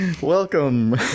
Welcome